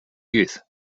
youth